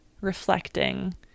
reflecting